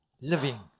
living